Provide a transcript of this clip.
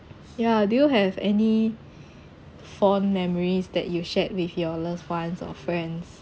yeah do you have any fond memories that you shared with your loved ones or friends